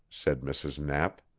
said mrs. knapp.